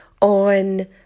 on